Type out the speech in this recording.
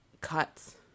cuts